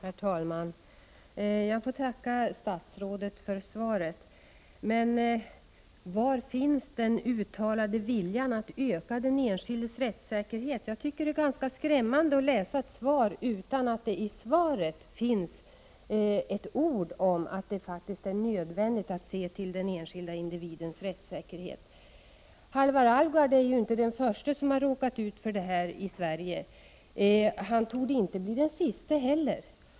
Herr talman! Jag får tacka statsrådet för svaret. Men var finns den uttalade viljan att öka den enskildes rättssäkerhet? Jag tycker det är ganska skrämmande att läsa ett svar utan att det i svaret finns ett ord om att det faktiskt är nödvändigt att se till den enskilde individens rättssäkerhet. Halvar Alvgard är inte den förste som råkar illa ut i Sverige. Han torde inte heller bli den siste.